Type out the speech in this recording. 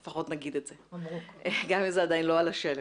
גם אם זה עדיין לא על השלט.